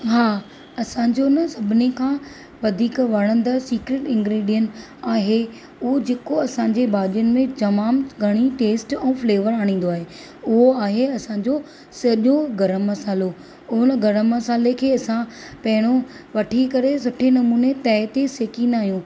हां असांजो न सभिनी खां वधीक वणंदड़ सिक्रेट इन्ग्रीडियेंट आहे उहो जेको असांजी भाॼियुनि में तमामु घणी टेस्ट ऐं फ्लेवर आणींदो आहे उहो आहे असांजो सॼो गरम मसाल्हो हुन गरम मसाल्हे खे असां पहिरियों वठी करे सुठे नमूने तए ते सेकींदा आहियूं